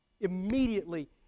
immediately